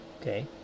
okay